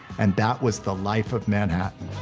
and that was the life of manhattan.